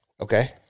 Okay